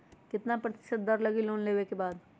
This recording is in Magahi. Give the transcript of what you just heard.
कितना प्रतिशत दर लगी लोन लेबे के बाद?